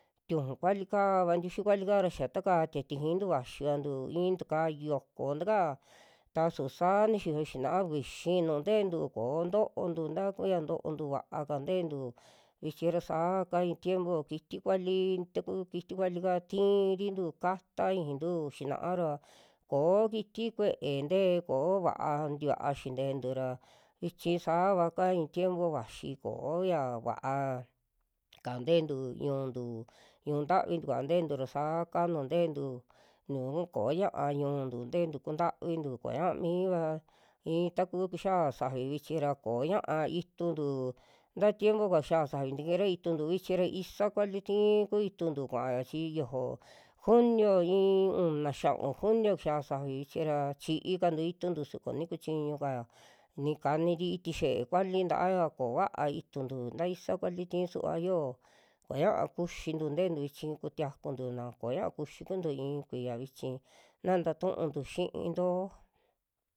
Tiujun kuali kaa, tiuxi kuali'ka xa taka tiatijintu vaxiantu i'in tukayu yoko takaa ta su saa nixiyo xina'a vixi nuu nteentu koo toontu taka kuya ntoontu vaaka ntentu, vichi ra saa ka i'i tiempo, kiti vali taku kiti vali'ka tiirintu kata ijintu, xinaa ra koo kiti kue ntee ko'o vaa tikua xintentu ra, vichi sava kaa i'i tiempo vaxi kooya va'a ka tentu ñu'untu, ñu'un tavi tikua nteentu ra saa ka nuu teentu, nuu koña'a ñu'untu teentu kuntavintu koña'a miiva i'i ta ku kixia safi vichi ra, koña'a ituntu nta tiempo'ka xia safi tikira ituntu, vichira isa kuali'ti ku ituntu kuaya chi yojo junio i'i una, xia'un junio kixia safi vichi ra, chiikantu ituntu su koni kuchiñuka'a ni kani tii tixie kuali ta'aya kova'a ituntu ta isa kualiti suva yo'o kuñaa kuxintu tentu vichi kutiakuntu na koñaa kuxi kuntu i'i kuiya vichi na nta tu'untu xiinto.